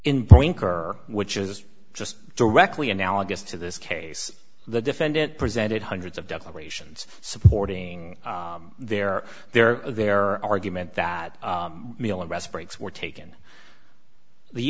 brinker which is just directly analogous to this case the defendant presented hundreds of declarations supporting their their their argument that meal and rest breaks were taken the